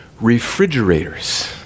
refrigerators